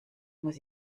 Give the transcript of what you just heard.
muss